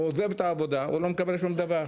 הוא עוזב את העבודה, הוא לא מקבל שום דבר.